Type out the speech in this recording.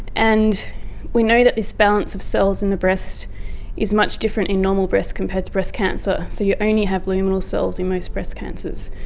and we know that this balance of cells in the breast is much different in normal breast compared to breast cancer, so you only have luminal cells in most breast cancers,